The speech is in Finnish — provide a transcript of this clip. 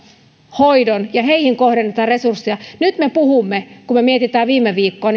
hoidon ja heihin kohdennetaan resursseja nyt me puhumme kun me mietimme viime viikkoa